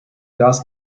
does